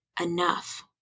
enough